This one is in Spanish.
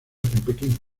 pekín